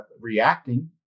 reacting